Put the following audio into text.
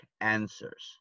answers